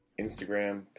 Instagram